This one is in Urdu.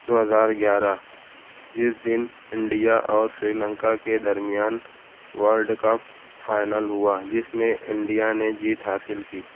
دو ہزار گیارہ جس دن انڈیا اور سری لنکا کے درمیان ورلڈ کپ فائنل ہوا جس میں انڈیا نے جیت حاصل کی